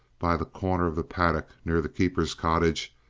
by the corner of the paddock near the keeper's cottage,